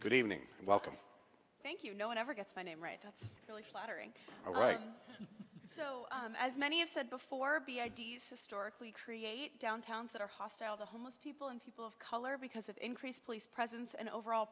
good evening and welcome thank you no one ever gets my name right that's really flattering all right so as many have said before be i d s historically create downtowns that are hostile to homeless people and people of color because of increased police presence and overall